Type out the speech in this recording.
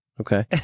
okay